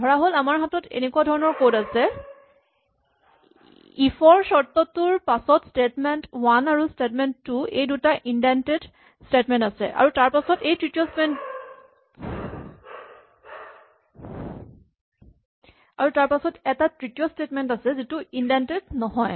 ধৰাহ'ল আমাৰ হাতত এনেকুৱা ধৰণৰ কড আছে ইফ ৰ চৰ্তটোৰ পাছত স্টেটমেন্ট ৱান আৰু স্টেটমেন্ট টু এই দুটা ইন্ডেন্টেড স্টেটমেন্ট আছে আৰু তাৰপাছত এটা তৃতীয় স্টেটমেন্ট আছে যিটো ইন্ডেন্টেড নহয়